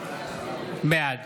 בעד